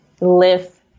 live